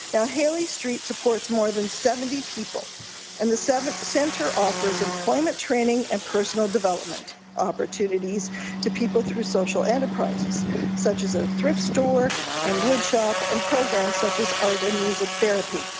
now hayley street supports more than seventy people and the centre offers employment training and personal development opportunities to people through social enterprises such as a thrift store and wood shop and programs such as art and music therapy.